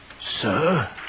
Sir